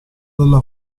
della